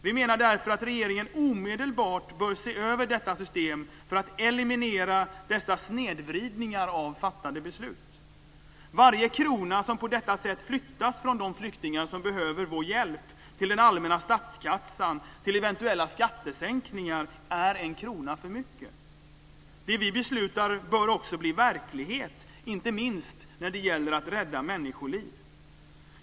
Vi menar därför att regeringen omedelbart bör se över detta system för att eliminera dessa snedvridningar av fattade beslut. Varje krona som på detta sätt flyttas från de flyktingar som behöver vår hjälp till den allmänna statskassan och till eventuella skattesänkningar är en krona för mycket. Det vi beslutar bör också bli verklighet, inte minst när det gäller att rädda människoliv.